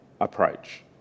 approach